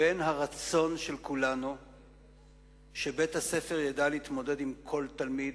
בין הרצון של כולנו שבית-הספר ידע להתמודד עם כל תלמיד,